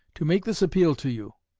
to make this appeal to you.